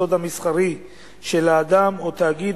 בסוד המסחרי של אדם או תאגיד,